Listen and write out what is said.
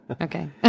Okay